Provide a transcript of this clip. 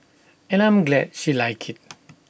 and I'm glad she liked IT